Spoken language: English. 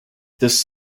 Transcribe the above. this